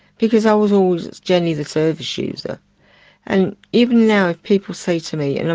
because i was always jenny the service user and even now people say to me, and